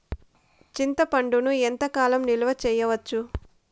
చింతపండును ఎంత కాలం నిలువ చేయవచ్చు?